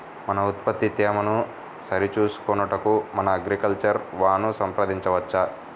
మన ఉత్పత్తి తేమను సరిచూచుకొనుటకు మన అగ్రికల్చర్ వా ను సంప్రదించవచ్చా?